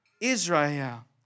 Israel